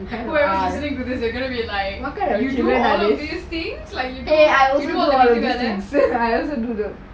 and what kind of children are these eh I also do all of these tihngs eh I also do those